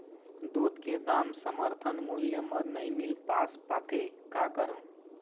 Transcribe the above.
दूध के दाम समर्थन मूल्य म नई मील पास पाथे, का करों?